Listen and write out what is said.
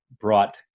brought